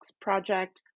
project